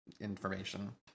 information